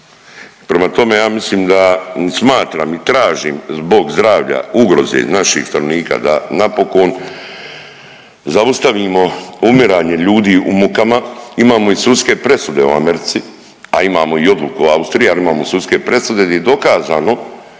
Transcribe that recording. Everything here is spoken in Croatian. Prema tome, ja mislim da i smatram i tražim zbog zdravlja, ugroze naših stanovnika da napokon zaustavimo umiranje ljudi u mukama. Imamo i sudske presude u Americi, a imamo i odluku Austrije, ali imamo sudske presude gdje je dokazano